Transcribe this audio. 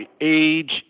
age